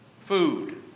Food